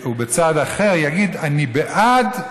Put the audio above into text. שהוא בצד אחר שיגיד: אני בעד,